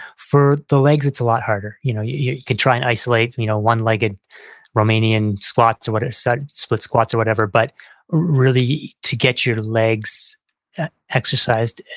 for the legs, it's a lot harder. you know you you could try and isolate you know one legged romanian squats, so split squats or whatever. but really to get your legs exercised,